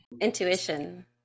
Intuition